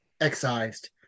excised